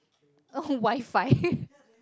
oh WiFi